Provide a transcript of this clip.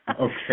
Okay